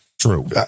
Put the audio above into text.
True